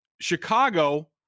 Chicago